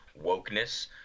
wokeness